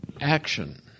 action